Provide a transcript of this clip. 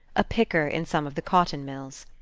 a picker in some of the cotton-mills.